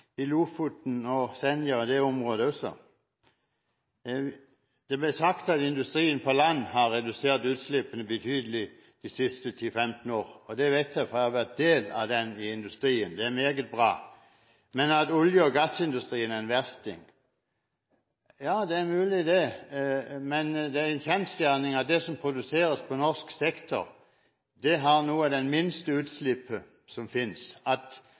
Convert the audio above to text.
og Senja og det området også. Det ble sagt at industrien på land har redusert utslippene betydelig de siste ti-femten år – det vet jeg, fordi jeg har vært en del av den industrien, og det er meget bra – men at olje- og gassindustrien er en versting. Ja, det er mulig det, men det er en kjensgjerning at det som produseres på norsk sektor, det har noe av det minste utslippet som fins. At